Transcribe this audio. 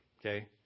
okay